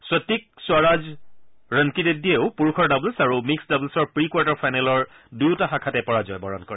সত্বিকস্বৰাজ ৰনকিৰেড্ডীয়েও পুৰুষৰ ডাবলছ আৰু মিক্সড ডাবলছৰ প্ৰি কোৱাৰ্টাৰ ফাইনেলৰ দুয়োটা শাখাতে পৰাজয় বৰণ কৰে